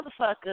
motherfucker